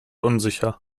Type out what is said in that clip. unsicher